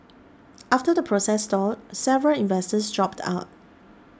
after the process stalled several investors dropped out